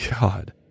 God